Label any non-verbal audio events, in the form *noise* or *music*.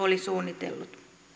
*unintelligible* oli suunnitellut